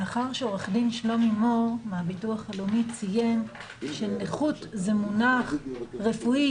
מאחר שעורך-דין שלומי מור מהביטוח הלאומי ציין שנכות זה מונח רפואי,